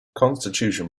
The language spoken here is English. constitution